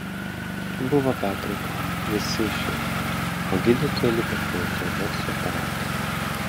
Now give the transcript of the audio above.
buvo pertrauka visi išėjo o gydytoja liko prie ultragarso aparato